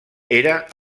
era